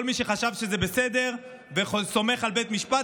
כל מי שחשב שזה בסדר וסומך על בית משפט,